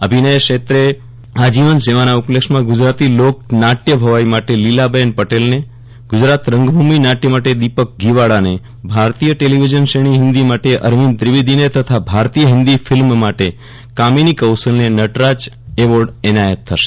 અભિનય ક્ષેત્રે આજીવન સેવાના ઉપલક્ષ્યમાં ગુજરાતી લોક નાટ્ય ભવાઇ માટે લીલા બેહન પટેલને ગુજરાત રંગભૂમિ નાટક માટે દીપક ઘીવાળાને ભારતીય ટેલીવિઝન શ્રેણી હિન્દી માટે અરવિંદ ત્રિવેદીને તથા ભારતીય હિન્દી ફિલ્મ માટે કામિની કૌશલને નટરાજ એવોર્ડ એનાયત થશે